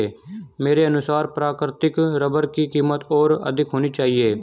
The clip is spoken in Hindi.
मेरे अनुसार प्राकृतिक रबर की कीमत और अधिक होनी चाहिए